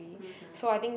mmhmm